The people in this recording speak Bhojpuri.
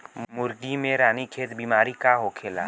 मुर्गी में रानीखेत बिमारी का होखेला?